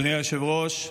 אדוני היושב-ראש,